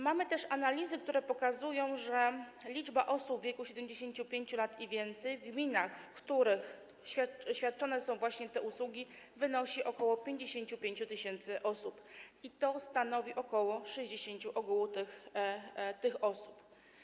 Mamy też analizy, które pokazują, że liczba osób w wieku 75 lat i więcej w gminach, w których świadczone są właśnie te usługi, wynosi ok. 55 tys. osób, co stanowi ok. 60% ogółu tych osób.